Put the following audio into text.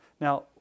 Now